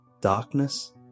Darkness